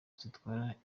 zitwarwa